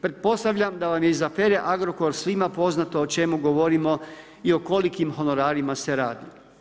Pretpostavljam da vam iz afere Agrokor svima poznato o čemu govorimo i o kolikim honorarima se radi.